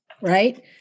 right